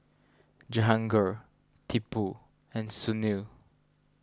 Jehangirr Tipu and Sunil